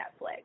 Netflix